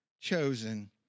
chosen